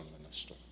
minister